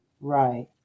Right